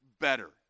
better